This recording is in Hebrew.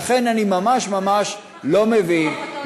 לכן אני ממש ממש לא מבין,